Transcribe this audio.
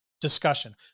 discussion